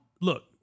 look